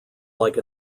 like